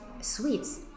sweets